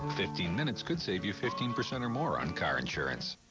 fifteen minutes could save you fifteen percent or more on car insurance.